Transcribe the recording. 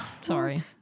Sorry